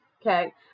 okay